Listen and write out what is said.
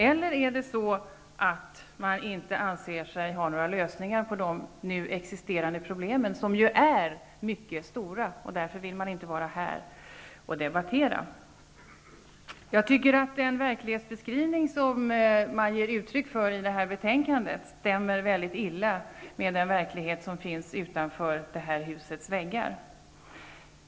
Eller är det så att man inte anser sig ha några lösningar på de nu existerande problemen som är mycket stora, och att man därför inte vill vara här och debattera? Jag tycker att den verklighetsbeskrivning som man ger uttryck för i detta betänkande stämmer dåligt med den verklighet som finns utanför det här husets väggar.